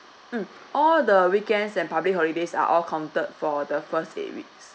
mm all the weekends and public holidays are all counted for the first eight weeks